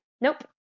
nope